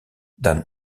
dan